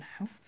now